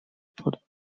put